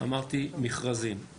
אמרתי מכרזים.